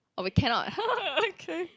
oh we cannot okay